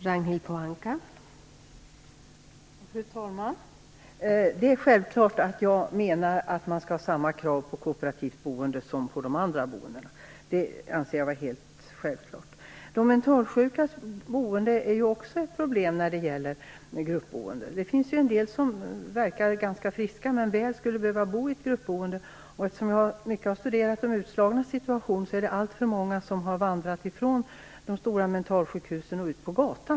Fru talman! Det är självklart att jag menar att samma krav skall ställas på kooperativt boende som på andra boendeformer. De mentalsjukas gruppboende är ju också ett problem. Det finns ju en del som verkar ganska friska men som väl skulle behöva bo i ett gruppboende. Eftersom jag mycket har studerat de utslagnas situation, har jag märkt att det är alltför många som har vandrat direkt från de stora mentalsjukhusen ut på gatan.